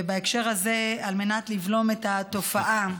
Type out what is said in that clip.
ובהקשר הזה, על מנת לבלום את התופעה,